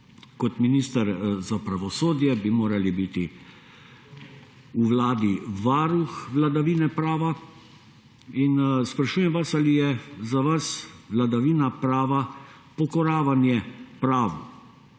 kot minister za pravosodje bi morali biti v vladi varuh vladavine prava in sprašujem vas, ali je za vas vladavina prava pokoravanje pravu?